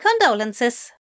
condolences